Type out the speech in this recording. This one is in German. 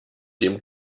dem